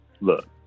look